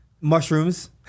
Mushrooms